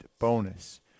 bonus